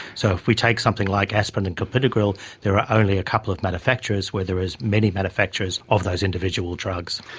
so if we take something like aspirin and clopidogrel, there are only a couple of manufacturers where there are many manufacturers of those individual drugs.